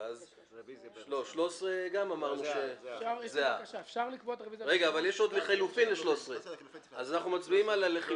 3. כבר הצביעו עליה.